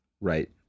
Right